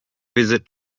visit